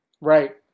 Right